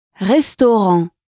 Restaurant